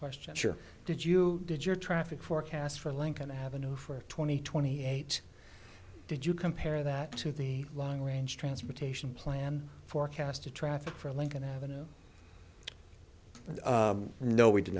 question sure did you did your traffic forecast for lincoln avenue for twenty twenty eight did you compare that to the long range transportation plan forecast to traffic for lincoln avenue no we did